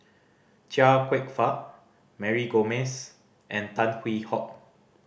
Chia Kwek Fah Mary Gomes and Tan Hwee Hock